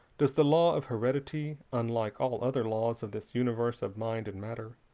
does the law of heredity, unlike all other laws of this universe of mind and matter,